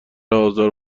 آزار